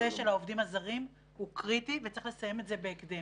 הנושא של העובדים הזרים הוא קריטי וצריך לסיים את זה בהקדם.